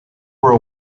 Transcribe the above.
were